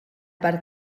per